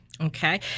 Okay